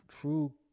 true